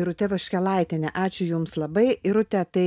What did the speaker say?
irutė vaškelaitienė ačiū jums labai irute tai